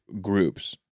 groups